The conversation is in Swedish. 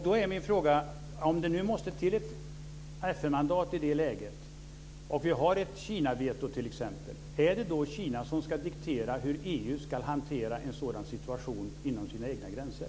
Då är min fråga: Om det nu måste till ett FN-mandat i ett läge och vi har ett veto av t.ex. Kina, är det då Kina som ska diktera hur EU ska hantera en sådan situation inom sina egna gränser?